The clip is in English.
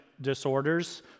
disorders